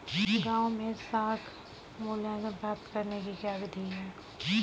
गाँवों में साख मूल्यांकन प्राप्त करने की क्या विधि है?